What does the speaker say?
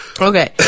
okay